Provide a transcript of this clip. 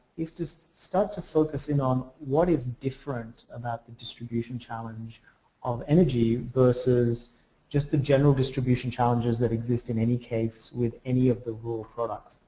is just start to focusing on what is different about the distribution challenge of energy versus just the general distribution challenges that exist in any case with any of the rural product?